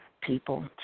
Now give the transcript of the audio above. people